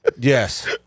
Yes